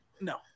No